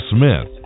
Smith